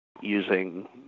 using